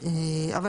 החוק מדבר,